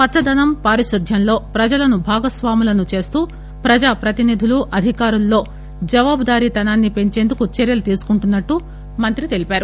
పచ్చదనం పారిశుద్ద్వంలో ప్రజలను భాగస్నాములను చేస్తూ ప్రజాప్రతినిధులు అధికారుల్లో జవాబుదారీతనాన్ని పెంచేందుకు చర్యలు తీసుకుంటున్న ట్టు మంత్రి తెలిపారు